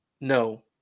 no